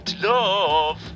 love